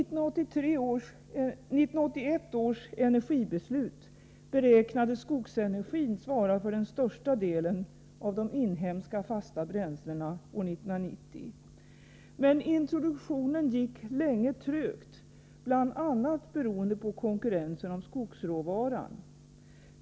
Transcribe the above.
11981 års energibeslut beräknades skogsenergin svara för den största delen av de inhemska fasta bränslena år 1990. Men introduktionen gick länge trögt, bl.a. beroende på konkurrensen om skogsråvaran.